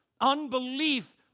unbelief